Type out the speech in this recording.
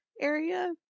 area